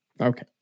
Okay